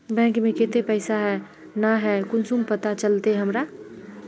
Bank में केते पैसा है ना है कुंसम पता चलते हमरा?